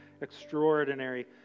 extraordinary